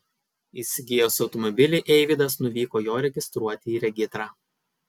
įsigijęs automobilį eivydas nuvyko jo registruoti į regitrą